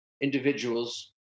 individuals